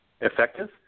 effective